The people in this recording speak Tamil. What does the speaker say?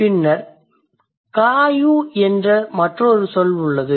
பின்னர் Kayu என்று மற்றொரு சொல் உள்ளது